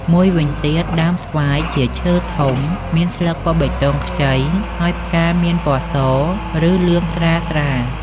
មួយវិញទៀតដើមស្វាយជាឈើធំ មានស្លឹកពណ៌បៃតងខ្ចី ហើយផ្កាមានពណ៌ស ឬលឿងស្រាលៗ។